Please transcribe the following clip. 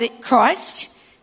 Christ